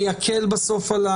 זה יקל בסוף.